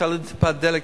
אפשר להוריד טיפה דלק,